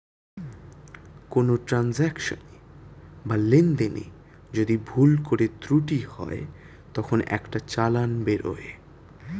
কোনো ট্রান্সাকশনে বা লেনদেনে যদি ভুল করে ত্রুটি হয় তখন একটা চালান বেরোয়